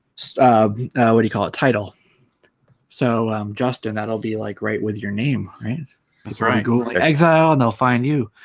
um what do you call it title so justin that'll be like right with your name right that's right google exile and they'll find you